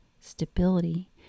stability